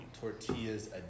tortillas